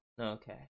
Okay